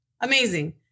amazing